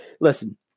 listen